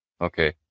Okay